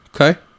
Okay